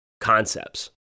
concepts